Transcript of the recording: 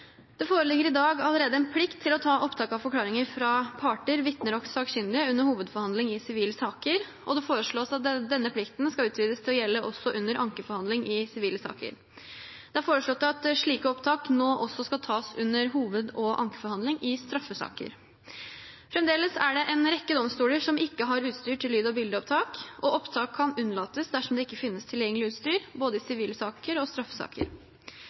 Det foreligger allerede i dag en plikt til å ta opptak av forklaringer fra parter, vitner og sakkyndige under hovedforhandlingen i sivile saker, og det foreslås at denne plikten skal utvides til å gjelde også under ankeforhandlingen i sivile saker. Det er foreslått at slike opptak nå også skal tas under hoved- og ankeforhandlingen i straffesaker. Fremdeles er det en rekke domstoler som ikke har utstyr til lyd- og bildeopptak, og opptak kan unnlates dersom det ikke finnes tilgjengelig utstyr. Det gjelder både i sivile saker og i straffesaker.